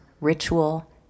ritual